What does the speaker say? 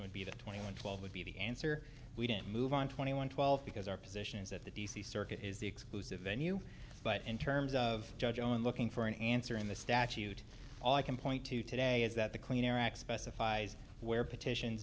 would be that twenty one twelve would be the answer we didn't move on twenty one twelve because our position is that the d c circuit is the exclusive in you but in terms of judge on looking for an answer in the statute all i can point to today is that the clean air act specifies where petitions